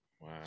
Wow